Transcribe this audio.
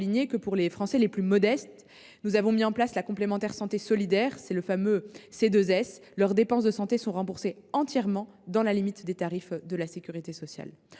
que, pour les Français les plus modestes, nous avons mis en place la complémentaire santé solidaire (C2S). Grâce à elle, leurs dépenses de santé sont remboursées entièrement dans la limite des tarifs de la sécurité sociale.